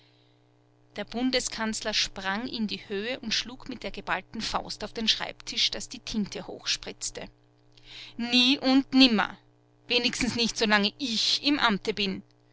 der bundeskanzler sprang in die höhe und schlug mit der geballten faust auf den schreibtisch daß die tinte hochspritzte nie und nimmer wenigstens nicht solang ich im amte bin